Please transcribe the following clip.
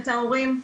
את ההורים,